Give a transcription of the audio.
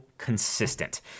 consistent